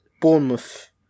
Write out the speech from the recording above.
Bournemouth